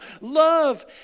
Love